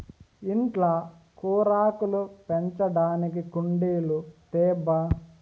ఇంట్ల కూరాకులు పెంచడానికి కుండీలు తేబ్బా